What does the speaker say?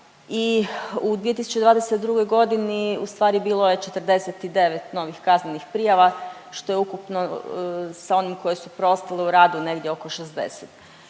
i u 2022. g. ustvari bilo je 49 novih kaznenih prijava, što je ukupno sa onim koje su preostale u radu negdje oko 60.